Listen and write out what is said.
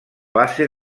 base